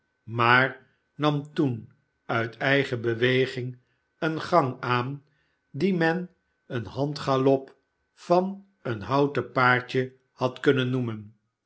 maar nam toen uit eigen beweging een gang aan dien men een handgalop van een houten paardje had kunnen noemen